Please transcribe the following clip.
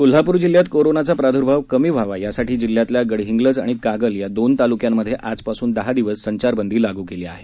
कोल्हापूर जिल्ह्यात कोरोनाचा प्रादुर्भाव कमी व्हावा यासाठी जिल्ह्यातल्या गडहिंग्लज आणि कागल या दोन तालुक्यांमधे आजपासून दहा दिवस संचारबंदी लागू केली आहे